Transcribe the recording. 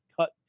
cut